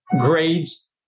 Grades